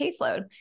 caseload